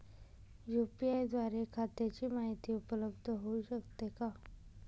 UPI द्वारे खात्याची माहिती उपलब्ध होऊ शकते का?